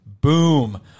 boom